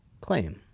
claim